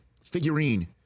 figurine